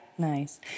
Nice